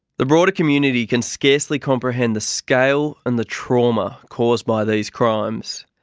the broader community can scarcely comprehend the scale and the trauma caused by these crimes.